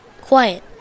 Quiet